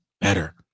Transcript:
better